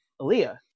Aaliyah